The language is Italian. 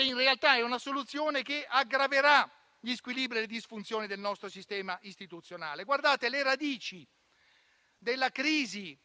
in realtà, è una soluzione che aggraverà gli squilibri e le disfunzioni del nostro sistema istituzionale. Le radici della crisi